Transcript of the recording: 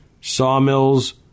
sawmills